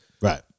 right